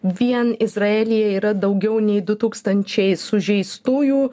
vien izraelyje yra daugiau nei du tūkstančiai sužeistųjų